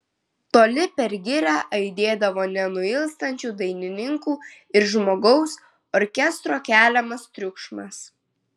toli per girią aidėdavo nenuilstančių dainininkų ir žmogaus orkestro keliamas triukšmas